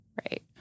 Right